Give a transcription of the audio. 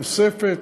נוספת,